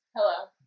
Hello